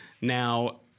Now